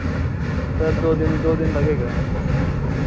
sir दो दिन दो दिन लगेगा